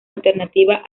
alternativa